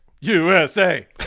USA